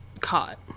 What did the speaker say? caught